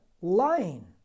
Lying